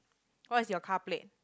what's your car plate